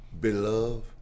Beloved